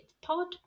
pod